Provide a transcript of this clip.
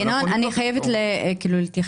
ינון, אני חייבת להתייחס.